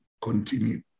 continue